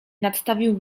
nadstawił